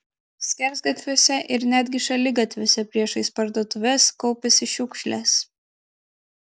skersgatviuose ir netgi šaligatviuose priešais parduotuves kaupėsi šiukšlės